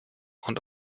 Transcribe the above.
und